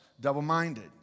double-minded